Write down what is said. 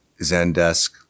Zendesk